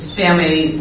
family